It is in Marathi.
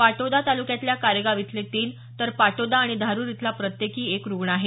पाटोदा तालुक्यातल्या कारेगाव इथले तीन तर पाटोदा आणि धारुर इथला प्रत्येकी एक रुग्ण आहे